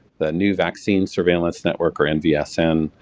the new vaccine surveillance network, or nvsn,